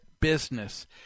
business